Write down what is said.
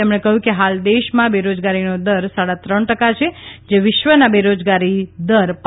તેમણે કહ્યું કે હાલ દેશમાં બેરોજગારીનો દર સાડા ત્રણ ટકા છે જે વિશ્વના બેરોજગારી દર પ